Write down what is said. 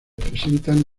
presentan